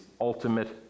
ultimate